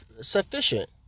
sufficient